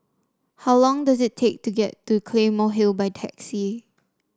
how long does it take to get to Claymore Hill by taxi